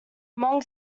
among